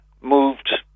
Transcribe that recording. moved